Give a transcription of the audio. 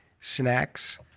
snacks